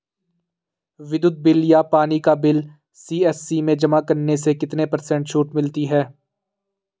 विद्युत बिल या पानी का बिल सी.एस.सी में जमा करने से कितने पर्सेंट छूट मिलती है?